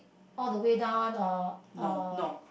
all the way down one or or